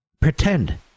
pretend